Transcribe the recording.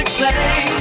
play